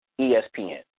ESPN